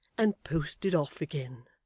and posted off again